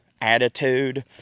attitude